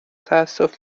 تاسف